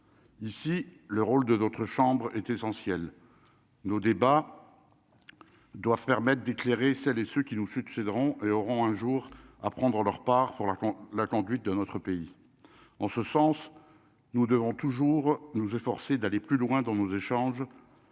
ici le rôle de notre chambre est essentiel : nos débats doivent permettre d'éclairer celles et ceux qui nous succéderont auront un jour à prendre leur part sur la la conduite de notre pays en ce sens, nous devons toujours nous efforcer d'aller plus loin dans nos échanges